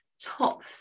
top